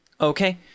Okay